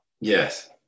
Yes